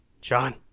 Sean